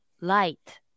light